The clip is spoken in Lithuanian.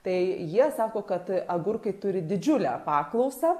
tai jie sako kad agurkai turi didžiulę paklausą